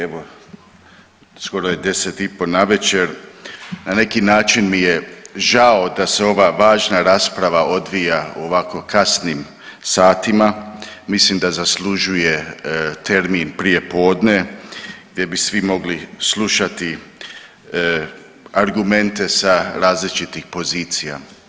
Evo skoro je deset i pol navečer, na neki način mi je žao da se ova važna rasprava odvija u ovako kasnim satima, mislim da zaslužuje termin prijepodne gdje bi svi mogli slušati argumente sa različitih pozicija.